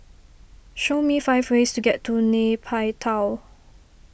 show me five ways to get to Nay Pyi Taw